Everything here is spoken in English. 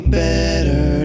better